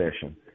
session